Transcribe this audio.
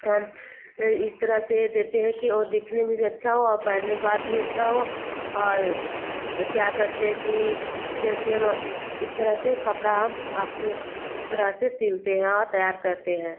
इस तरह से देते हैं कि ओ दिखने में भी अच्छा हो और पहनने के बाद भी अच्छा हो और इस क्या कहते हैं कि जैसे हम इस तरह से कपड़ा हम आप लोग जिस तरह सिलते हैं और तैयार करते हैं